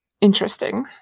Interesting